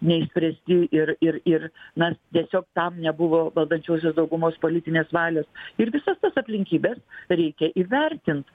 neišspręsti ir ir ir na tiesiog tam nebuvo valdančiosios daugumos politinės valios ir visas tas aplinkybes reikia įvertint